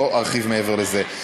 לא ארחיב מעבר לזה.